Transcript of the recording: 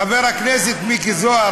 חבר הכנסת מיקי זוהר,